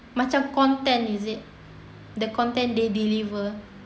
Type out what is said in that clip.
macam content is it the content they deliver